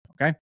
Okay